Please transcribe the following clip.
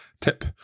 tip